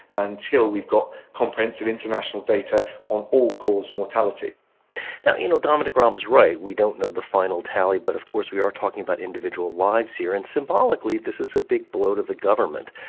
until we've got comprehensive international data on all-cause mortality now, you know, dominic raab is right. we don't know the final tally, but of course, we are talking about individual lives here. and symbolically, this is a big blow to the government.